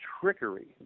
trickery